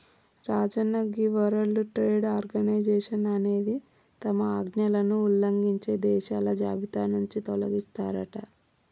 రాజన్న గీ world trade organisation అనేది తమ ఆజ్ఞలను ఉల్లంఘించే దేశాల జాబితా నుంచి తొలగిస్తారట